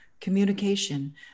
communication